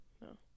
No